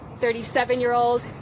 37-year-old